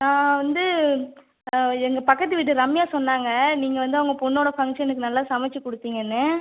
நான் வந்து எங்கள் பக்கத்து வீட்டு ரம்யா சொன்னாங்க நீங்கள் வந்து அவங்க பொண்ணோடய ஃபங்க்ஷனுக்கு நல்லா சமைச்சு குடுத்தீங்கன்னு